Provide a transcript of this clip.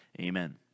amen